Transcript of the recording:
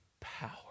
power